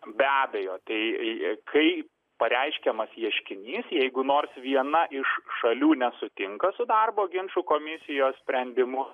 be abejo tai kai pareiškiamas ieškinys jeigu nors viena iš šalių nesutinka su darbo ginčų komisijos sprendimu